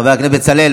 חבר הכנסת בצלאל.